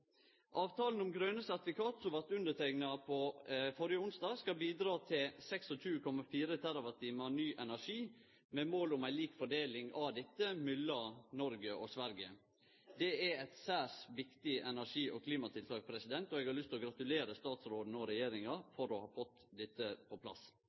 Avtalen om grøne sertifikat, som blei underteikna førre onsdagen, skal bidra til 26,4 TWh ny energi, med mål om ei lik fordeling av dette mellom Noreg og Sverige. Det er eit særs viktig energi- og klimatiltak, og eg har lyst å gratulere statsråden og regjeringa med at dei har fått dette på plass.